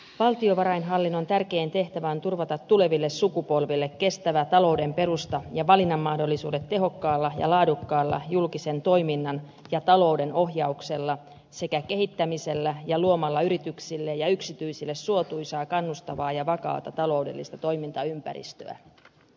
valtiovarainhallinnon tärkein tehtävä on turvata tuleville sukupolville kestävä talouden perusta ja valinnan mahdollisuudet tehokkaalla ja laadukkaalla julkisen toiminnan ja talouden ohjauksella sekä kehittämisellä ja luomalla yrityksille ja yksityisille suotuisaa kannustavaa ja vakaata taloudellista toimintaympäristöä